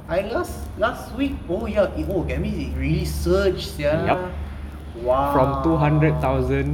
I last last week oh ya oh that means it really surged sia !wah!